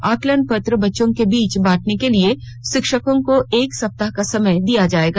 आकलन पत्र बच्चों के बीच बांटर्न के लिए शिक्षकों को एक सप्ताह का समय दिया जाएगा